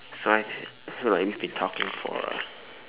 so like so like we've been talking for